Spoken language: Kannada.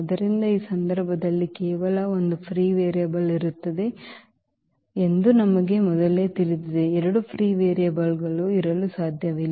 ಆದ್ದರಿಂದ ಈ ಸಂದರ್ಭದಲ್ಲಿ ಕೇವಲ ಒಂದು ಫ್ರೀ ವೇರಿಯೇಬಲ್ ಇರುತ್ತದೆ ಎಂದು ನಮಗೆ ಮೊದಲೇ ತಿಳಿದಿದೆ ಎರಡು ಫ್ರೀ ವೇರಿಯೇಬಲ್ಗಳು ಇರಲು ಸಾಧ್ಯವಿಲ್ಲ